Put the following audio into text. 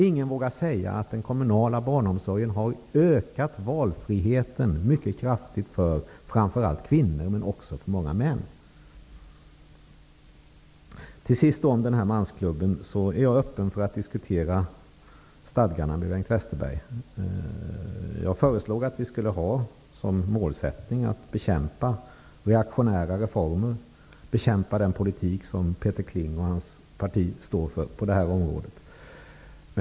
Ingen vågar säga att den kommunala barnomsorgen mycket kraftigt har ökat valfriheten för framför allt kvinnor, men också för många män. När det gäller den här mansklubben är jag öppen för att diskutera stadgarna med Bengt Westerberg. Jag föreslog att vi skulle ha som målsättning att bekämpa reaktionära reformer och att bekämpa den politik som Peter Kling och hans parti står för på det här området.